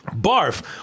Barf